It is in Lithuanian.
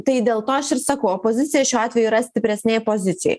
tai dėl to aš ir sakau opozicija šiuo atveju yra stipresnėj pozicijoj